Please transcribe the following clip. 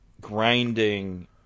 grinding